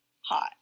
hot